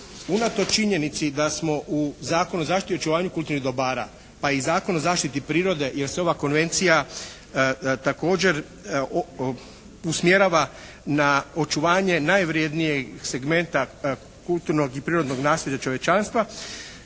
unatoč činjenici da smo u Zakonu o zaštiti i očuvanju kulturnih dobara pa i Zakon o zaštiti prirode jer se ova Konvencija također usmjerava na očuvanje najvrjednijeg segmenta kulturnog i prirodnog nasljeđa čovječanstva,